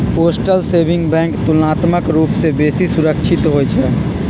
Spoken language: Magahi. पोस्टल सेविंग बैंक तुलनात्मक रूप से बेशी सुरक्षित होइ छइ